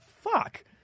fuck